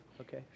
okay